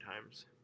times